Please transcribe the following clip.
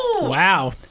Wow